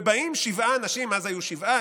ובאים שבעה אנשים" אז היו שבעה,